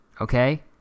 okay